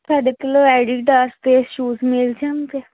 ਤੁਹਾਡੇ ਕੋਲ ਐਡੀਡਸ ਦੇ ਸ਼ੂਜ ਮਿਲ ਜਾਂਦੇ ਹੈ